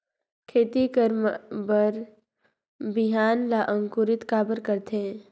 खेती करे बर बिहान ला अंकुरित काबर करथे?